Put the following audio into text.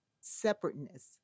Separateness